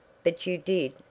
but you did,